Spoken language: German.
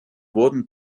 wurden